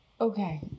okay